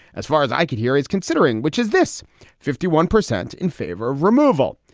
as far as i could hear is considering, which is this fifty one percent in favor of removal.